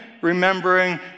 remembering